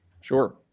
sure